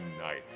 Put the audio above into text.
night